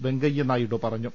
വെങ്കയ്യനായിഡു പറഞ്ഞു